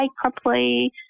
properly